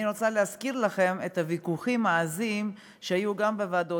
אני רוצה להזכיר לכם את הוויכוחים העזים שהיו גם בוועדות